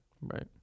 Right